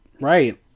Right